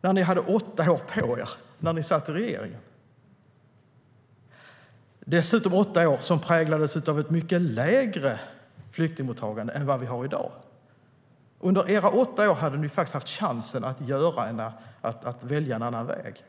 inte? Ni hade åtta år på er när ni satt i regering. Det var dessutom åtta år som präglades av ett mycket lägre flyktingmottagande än vad vi har i dag. Under era åtta år hade ni faktiskt chansen att välja en annan väg.